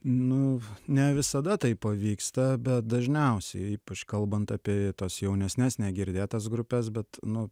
nu ne visada tai pavyksta bet dažniausiai ypač kalbant apie tas jaunesnes negirdėtas grupes bet nu